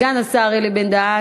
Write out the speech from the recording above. סגן השר אלי בן-דהן,